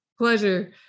Pleasure